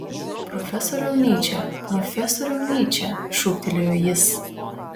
profesoriau nyče profesoriau nyče šūktelėjo jis